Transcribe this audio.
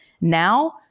now